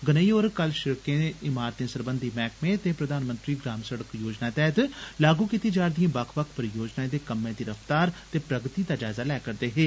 गनेई होर कल शिड़कें इमारतें सरबंधी मैहकमें ते प्रधान मंत्री ग्राम सड़क योजना तैहत लागू कीत्ती जारदिएं बक्ख बक्ख परियोजनाएं दे कम्मै दी रफ्तार ते प्रगति दा जायजा लै करदे हे